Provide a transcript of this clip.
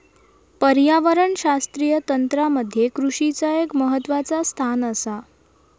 पर्यावरणशास्त्रीय तंत्रामध्ये कृषीचा एक महत्वाचा स्थान आसा